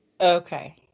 Okay